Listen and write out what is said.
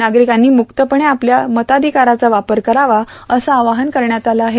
नागरिकांनी मुक्तपणे आपल्या मताधिकाराचा वापर करावा असं आवाहन करण्यात आलं आहे